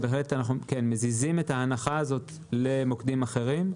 אנחנו מזיזים את ההנחה הזאת למוקדים אחרים.